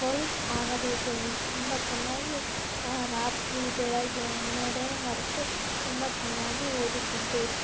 police ಆಗಬೇಕು ಎಂದು ತುಂಬ ಚೆನ್ನಾಗಿ ರಾತ್ರಿ ಬೆಳಗ್ಗೆ ಅನ್ನೋದೇ ಮರೆತು ತುಂಬ ಚೆನ್ನಾಗಿ ಓದುತ್ತಿದ್ದೆ